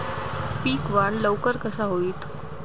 पीक वाढ लवकर कसा होईत?